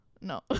No